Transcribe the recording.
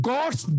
God's